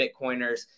Bitcoiners